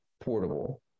portable